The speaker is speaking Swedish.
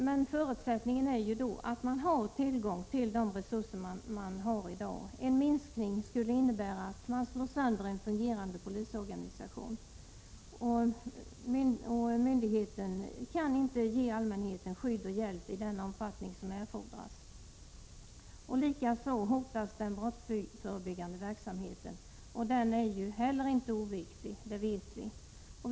Men förutsättningen är att man har tillgång till de resurser som finns i dag. En minskning skulle innebära att en fungerande polisorganisation slås sönder. Myndigheten kan då inte ge allmänheten skydd och hjälp i den omfattning som erfordras. Likaså hotas den brottsförebyggande verksamheten. Den är heller inte oviktig, det vet vi.